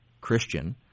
Christian